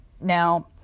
Now